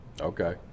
Okay